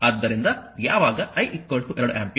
ಆದ್ದರಿಂದ ಯಾವಾಗ I 2 ampere